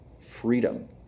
Freedom